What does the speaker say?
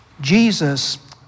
Jesus